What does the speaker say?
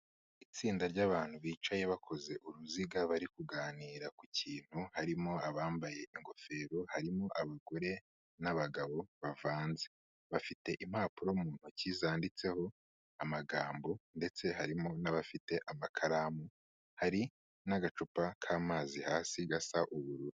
Itsinda ry'abantu bicaye bakoze uruziga bari kuganira ku kintu, harimo abambaye ingofero, harimo abagore n'abagabo bavanze. Bafite impapuro mu ntoki zanditseho amagambo ndetse harimo n'abafite amakaramu, hari n'agacupa k'amazi hasi gasa ubururu.